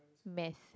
math